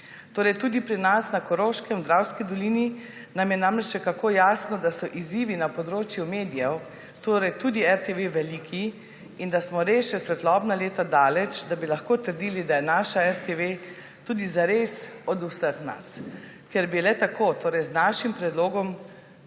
Torej tudi pri nas na Koroškem, v Dravski dolini nam je namreč še kako jasno, da so izzivi na področju medijev, torej tudi RTV, veliki in da smo res še svetlobna leta daleč, da bi lahko trdili, da je naša RTV tudi zares od vseh nas, ker bi le tako, torej z našim predlogom,